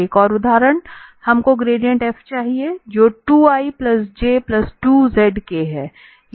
एक और उदाहरण हमको ग्रेडिएंट f चाहिए जो 2i j 2 z k है